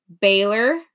Baylor